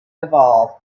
evolve